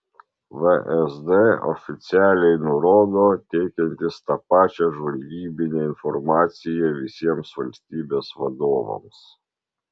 vsd oficialiai nurodo teikiantis tą pačią žvalgybinę informaciją visiems valstybės vadovams